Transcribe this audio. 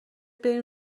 بریم